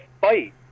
fight